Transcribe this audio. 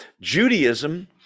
Judaism